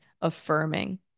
affirming